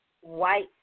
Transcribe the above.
white